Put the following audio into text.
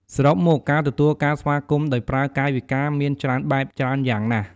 សរុបមកការទទួលការស្វាគមន៍ដោយប្រើកាយវិការមានច្រើនបែប ច្រើនយ៉ាងណាស់។